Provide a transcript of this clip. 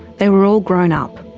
they were all grown up.